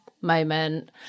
moment